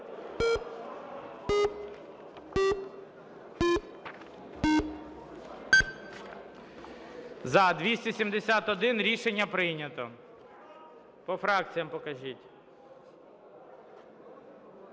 За-271 Рішення прийнято. По фракціям покажіть.